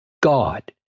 God